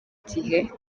gihe